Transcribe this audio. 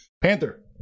Panther